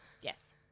Yes